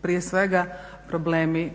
prije svega problemi